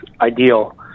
ideal